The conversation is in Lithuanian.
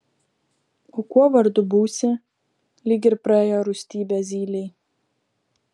o kuo vardu būsi lyg ir praėjo rūstybė zylei